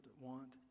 want